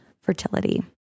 fertility